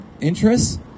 interests